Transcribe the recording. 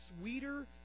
sweeter